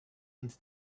into